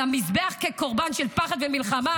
על המזבח כקורבן של פחד ומלחמה,